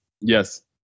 Yes